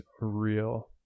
real